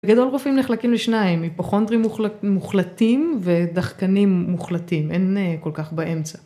בגדול רופאים נחלקים לשניים, היפוכנדרים מוחלטים ודחקנים מוחלטים, אין כל כך באמצע.